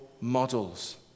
models